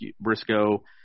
Briscoe